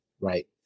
Right